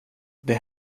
det